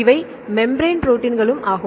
இவை மெம்ப்ரென் ப்ரோடீன்களும் ஆகும்